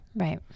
right